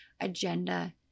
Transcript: agenda